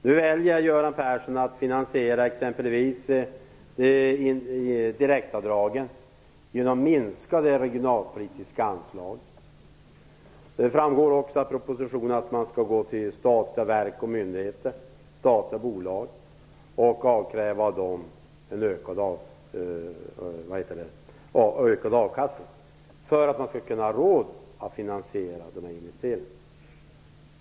Nu väljer Göran Persson att finansiera exempelvis direktavdragen genom minskade regionalpolitiska anslag. Det framgår också av propositionen att man av statliga verk och myndigheter och statliga bolag skall avkräva en ökad avkastning för att man skall få råd att finansiera investeringarna.